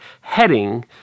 heading